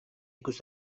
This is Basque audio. ikus